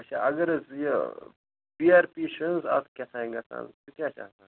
اچھا اگر حظ یہِ پی آر پی چھُنہٕ حظ اَتھ کیٛاہ تام گژھان سُہ کیٛاہ چھِ آسان